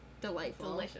delightful